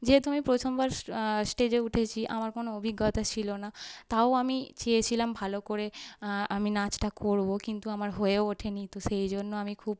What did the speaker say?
যেহেতু আমি প্রথমবার স্টেজে উঠেছি আমার কোনও অভিজ্ঞতা ছিল না তাও আমি চেয়েছিলাম ভালো করে আমি নাচটা করবো কিন্তু আমার হয়েও ওঠেনি তো সেই জন্য আমি খুব